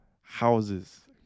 Houses